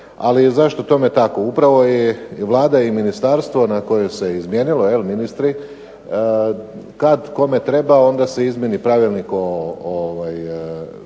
ali zašto je tome tako? Upravo je Vlada i ministarstvo na kojem se izmijenilo ministri, kad kome treba onda se izmijeni Pravilnik o utvrđivanju